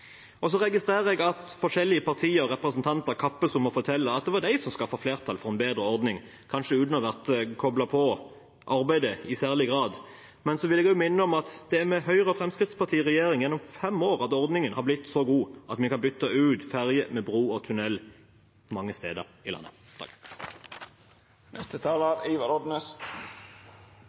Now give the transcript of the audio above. registrerer at forskjellige partier og representanter kappes om å fortelle at det var de som skaffet flertall for en bedre ordning, kanskje uten å ha vært koblet på arbeidet i særlig grad. Men jeg vil minne om at det er med Høyre og Fremskrittspartiet i regjering gjennom fem år at ordningen har blitt så god at vi kan bytte ut ferje med bro og tunnel mange steder i landet.